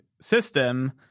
system